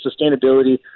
sustainability